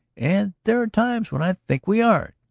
and there are times when i think we are!